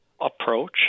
approach